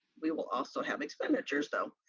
we will also have expenditures, though.